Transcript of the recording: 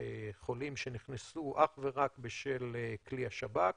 חולים שנכנסו אך ורק בשל כלי השב"כ.